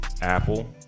Apple